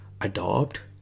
adopt